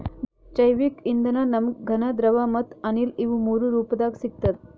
ಜೈವಿಕ್ ಇಂಧನ ನಮ್ಗ್ ಘನ ದ್ರವ ಮತ್ತ್ ಅನಿಲ ಇವ್ ಮೂರೂ ರೂಪದಾಗ್ ಸಿಗ್ತದ್